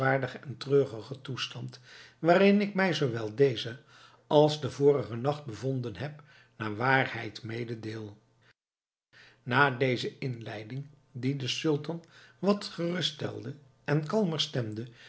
en treurigen toestand waarin ik mij zoowel dezen als den vorigen nacht bevonden heb naar waarheid mededeel na deze inleiding die den sultan wat gerust stelde en kalmer stemde